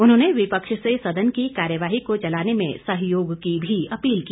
उन्होंने विपक्ष से सदन की कार्यवाही को चलाने में सहयोग की भी अपील की